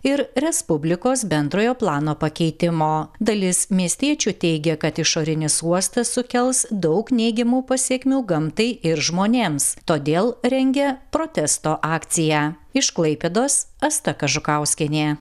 ir respublikos bendrojo plano pakeitimo dalis miestiečių teigia kad išorinis uostas sukels daug neigiamų pasekmių gamtai ir žmonėms todėl rengia protesto akciją iš klaipėdos asta kažukauskienė